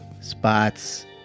spots